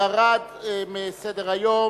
נתקבלה.